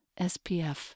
SPF